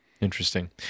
interesting